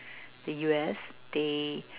the U_S they